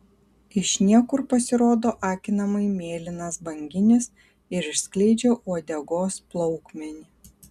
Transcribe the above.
iš niekur pasirodo akinamai mėlynas banginis ir išskleidžia uodegos plaukmenį